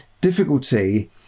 difficulty